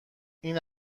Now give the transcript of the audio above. این